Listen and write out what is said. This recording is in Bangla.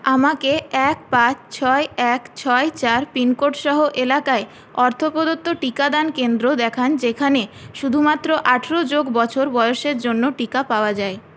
আমাকে এক পাঁচ ছয় এক ছয় চার পিনকোড সহ এলাকায় অর্থ প্রদত্ত টিকাদান কেন্দ্র দেখান যেখানে শুধুমাত্র আঠারো যোগ বছর বয়সের জন্য টিকা পাওয়া যায়